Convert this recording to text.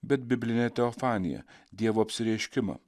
bet biblinę teofaniją dievo apsireiškimą